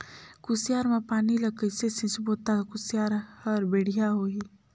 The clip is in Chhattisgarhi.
कुसियार मा पानी ला कइसे सिंचबो ता कुसियार हर बेडिया होही?